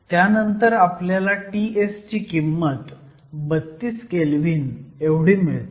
त्यानंतर आपल्याला Ts ची किंमत 32 केल्व्हीन एवढी मिळते